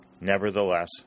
Nevertheless